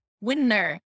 Winner